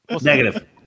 Negative